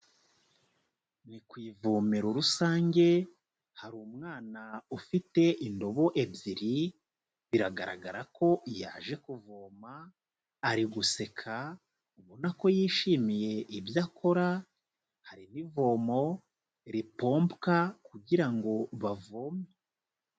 Ni ku ivomero rusange, hari umwana ufite indobo ebyiri, biragaragara ko yaje kuvoma, ari guseka ubona ko yishimiye ibyo akora, hari n'ivomo ripompwa kugira ngo bavome.